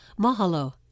Mahalo